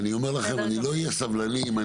ברישוי משולב יש עוד לא מעט דברים אחרים, ואני